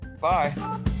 Bye